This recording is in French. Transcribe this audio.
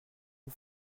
aux